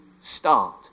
start